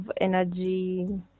energy